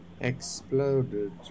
exploded